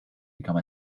become